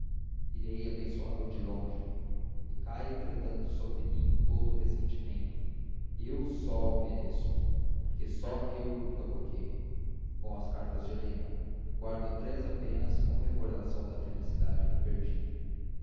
irei abençoá lo de longe recaia entretanto sobre mim todo o ressentimento eu só o mereço porque só eu o provoquei vão as cartas de helena guardo três apenas como recordação da felicidade que perdi